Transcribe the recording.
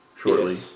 shortly